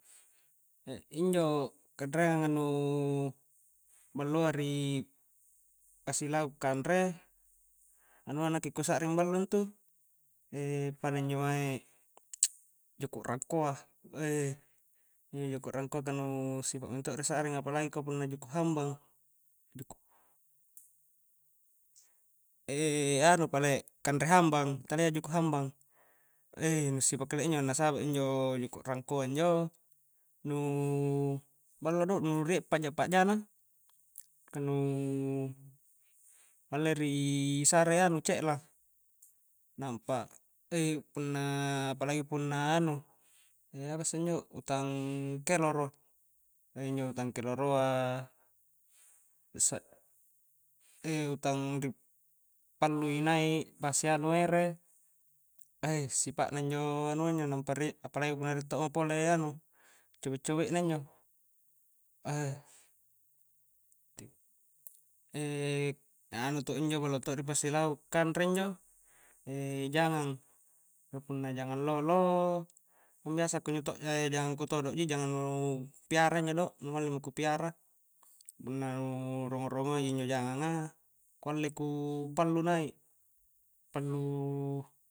E injo kanreangang a nu balloa ri pasilau' kanre anua nakke ku sa'ring ballo intu pada intu mae juku' rangkoa weih injo juku' rangkoa ka nu'sipa mentodo ri sa'ring apalagi ka punna juku' hambang juku' eanu pale kanre hambang talia juku' hambang eih nu'sipa kalia injo na saba' injo juku' rangkoa injo nuu ballo do, nu rie pa'ja-pa'jana ka nuu alle ri sare ce'la nampa eih punna apalagi punna e anu e apa isse injo utang keloro e injo utang keloroa e utang ri pallu i nai' pasi anu ere, eih sipa'na injo anua injo nampa rie-apalagi punna nu rie to'mo pole anu injo cobe'cobe na injo eih anu to injo ballo to di pasilau' kanre injo jangang ka punna jangang lolo kang biasa kunjo to' jangang ku todo ji jangang nuu ku piara injo do nu malling mo ku piara punna nu rongo-rongo i ji injo jangang a ku alle ku pallu nai' palluuu